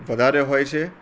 વધારે હોય છે